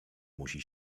musi